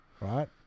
right